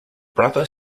brother